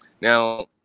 Now